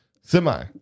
Semi